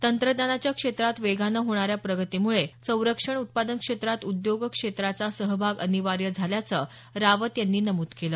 तंत्रज्ञानाच्या क्षेत्रात वेगानं होणाऱ्या प्रगतीमुळे संरक्षण उत्पादन क्षेत्रात उद्योग क्षेत्राचा सहभाग अनिवार्य झाल्याचं रावत यांनी नमूद केलं